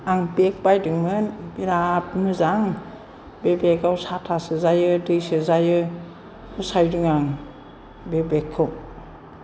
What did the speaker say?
आं बेग बायदोंमोन बिराद मोजां बे बेगाव साथा सोजायो दै सोजायो फसायदों आं बे बेगखौ